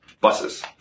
buses